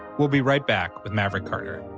we'll be right back with maverick carter.